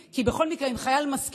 כי הם רוצים להמשיך ולהיות בתוך הסד"כ